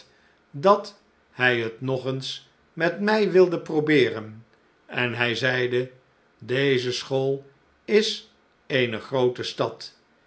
dat hij het nog eens met mij wilde probeeren en hij zeide deze school is eene groote stad